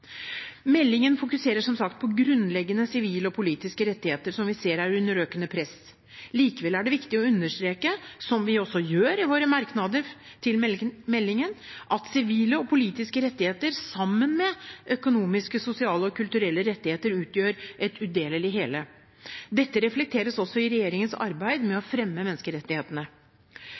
Meldingen fokuserer som sagt på grunnleggende sivile og politiske rettigheter, som vi ser er under økende press. Likevel er det viktig å understreke, som vi også gjør i våre merknader til meldingen, at sivile og politiske rettigheter, sammen med økonomiske, sosiale og kulturelle rettigheter, utgjør et udelelig hele. Dette reflekteres også i regjeringens arbeid med å